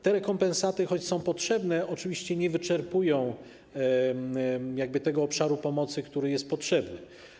Te rekompensaty, choć są potrzebne, oczywiście nie wyczerpują tego obszaru pomocy, który jest potrzebny.